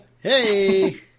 Hey